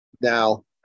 Now